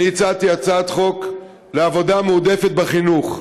הצעתי הצעת חוק לעבודה מועדפת בחינוך,